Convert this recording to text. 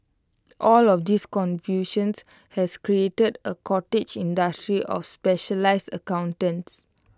all of this confusions has created A cottage industry of specialised accountants